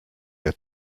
your